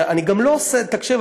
תקשיב,